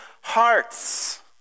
hearts